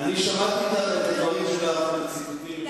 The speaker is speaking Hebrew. שמעתי את הדברים שלך והציטוטים,